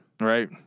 Right